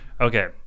Okay